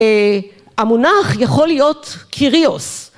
המונח יכול להיות קיריוס.